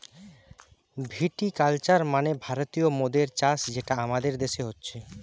ভিটি culture মানে ভারতীয় মদের চাষ যেটা আমাদের দেশে হচ্ছে